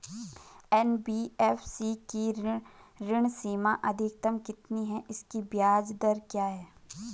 NBFC की ऋण सीमा अधिकतम कितनी है इसकी ब्याज दर क्या है?